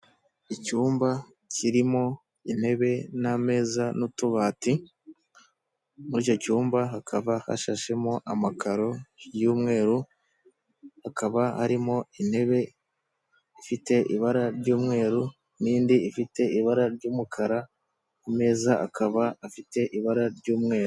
Icyumba kirimo intebe n'ameza n'utubati, muri icyo cyumba hakaba hashashemo amakaro y'umweru hakaba harimo intebe ifite ibara ry'umweru nindi ifite ibara ry'umukara ku meza akaba afite ibara ry'umweru.